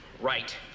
Right